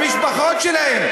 למשפחות שלהם.